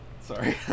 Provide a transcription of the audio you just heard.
Sorry